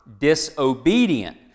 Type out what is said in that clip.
disobedient